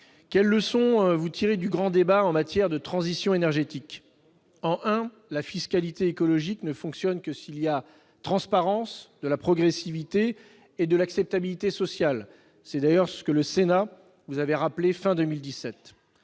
quelles leçons tirez-vous du grand débat en matière de transition énergétique ? D'une part, la fiscalité écologique ne fonctionne qu'avec de la transparence, de la progressivité et de l'acceptabilité sociale. C'est d'ailleurs ce que le Sénat vous avait rappelé à la